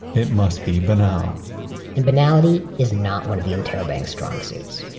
it must be banal and banality is not one of the interrobangs strong suits.